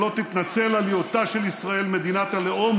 שלא תתנצל על היותה של ישראל מדינת הלאום